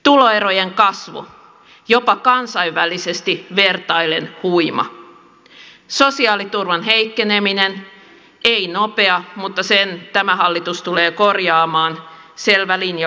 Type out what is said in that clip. tuloerojen kasvu jopa kansainvälisesti vertaillen huima sosiaaliturvan heikkeneminen ei nopea mutta sen tämä hallitus tulee korjaamaan selvä linja kuitenkin